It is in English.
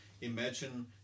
imagine